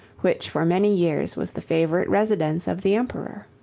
which for many years was the favorite residence of the emperor.